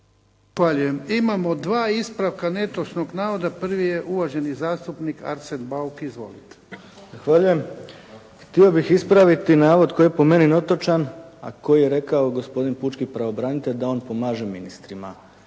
Imamo 2 ispravka netočnog navoda. Prvi je uvaženi zastupnik Arsen Bauk. Izvolite. **Bauk, Arsen (SDP)** Zahvaljujem. Htio bih ispraviti navod koji je po meni netočan, a koji je rekao gospodin pučki pravobranitelj da on pomaže ministrima.